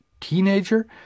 teenager